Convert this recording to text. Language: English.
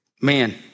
man